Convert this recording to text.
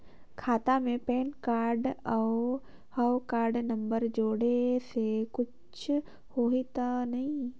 खाता मे PAN card और हव कारड नंबर जोड़े से कुछ होही तो नइ?